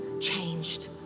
changed